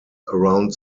around